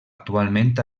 actualment